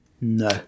No